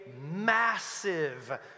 massive